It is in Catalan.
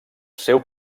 seu